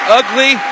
ugly